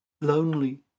Lonely